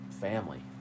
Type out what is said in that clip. family